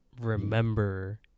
remember